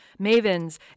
mavens